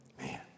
Man